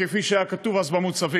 כפי שהיה כתוב אז במוצבים: